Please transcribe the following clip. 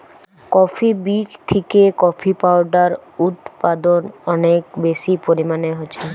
coffee বীজ থিকে coffee powder উদপাদন অনেক বেশি পরিমাণে হচ্ছে